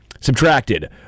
subtracted